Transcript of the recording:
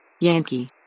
Yankee